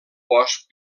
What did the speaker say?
bosc